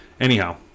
Anyhow